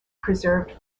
preserved